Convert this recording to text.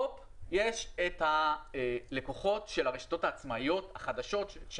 בנוסף לזה יש את הלקוחות של הרשתות העצמאיות החדשות.